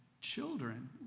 children